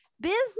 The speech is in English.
business